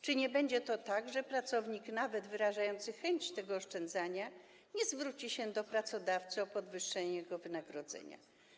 Czy nie będzie tak, że pracownik, nawet wyrażający chęć oszczędzania, zwróci się do pracodawcy o podwyższenie swojego wynagrodzenia?